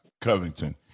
Covington